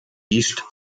east